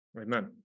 Amen